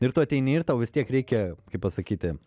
ir tu ateini ir tau vis tiek reikia kaip pasakyti